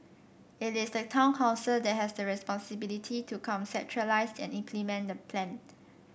it is the town council that has the responsibility to conceptualise and implement the plan